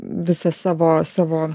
visą savo savo